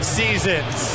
seasons